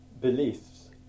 beliefs